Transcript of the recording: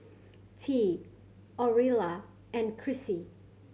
Tea Aurilla and Chrissy